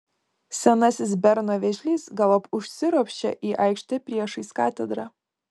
senasis berno vėžlys galop užsiropščia į aikštę priešais katedrą